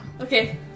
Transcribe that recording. Okay